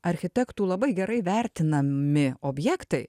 architektų labai gerai vertinami objektai